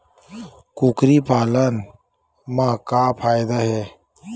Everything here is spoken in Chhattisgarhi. कुकरी पालन म का फ़ायदा हे?